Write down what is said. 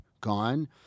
gone